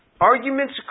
Arguments